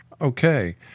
Okay